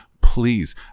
Please